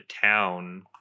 town